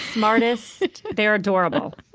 smartest they're adorable